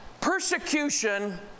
Persecution